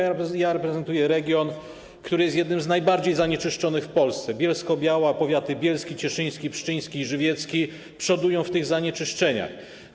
Ja reprezentuję region, który jest jednym z najbardziej zanieczyszczonych w Polsce - Bielsko-Biała, powiaty bielski, cieszyński, pszczyński i żywiecki przodują w tych zanieczyszczeniach.